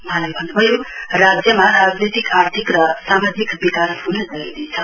वहाँले भन्न्भयो राज्यमा राजनैतिक आर्थिक र सामाजिक विकास हृन जरुरी छ